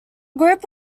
group